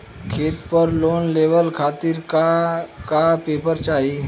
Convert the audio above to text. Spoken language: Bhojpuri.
खेत पर लोन लेवल खातिर का का पेपर चाही?